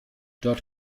dort